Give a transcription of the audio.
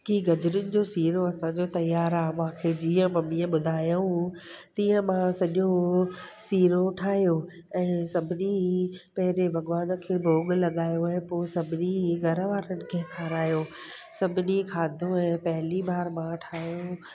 की गजरियुनि जो सीरो असांजो तयार आहे मांखे जीअं मम्मीअ ॿुधायऊं तीअं मां सॼो सीरो ठाहियो ऐं सभिनी पहिरें भॻवान खे भोॻ में लॻायो ऐं पोइ सभिनी घर वारनि खे खारायो सभिनी खाधो ऐं पहेली बार मां ठाहियो